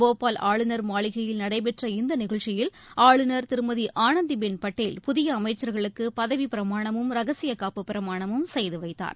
போபால் ஆளுநர் மாளிகையில் நடைபெற்ற இந்த நிகழ்ச்சியில் ஆளுநர் திருமதி ஆளந்திபெள் பட்டேல் புதிய அமைச்சர்களுக்கு பதவி பிரமாணமும் ரகசிய காப்பு பிரமாணமும் செய்துவைத்தார்